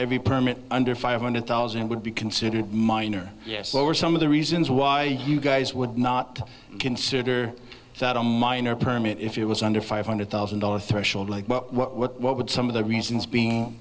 every permit under five hundred thousand would be considered minor yes so are some of the reasons why you guys would not consider that a minor permit if you was under five hundred thousand dollars threshold like what what what what would some of the reasons